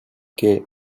que